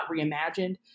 reimagined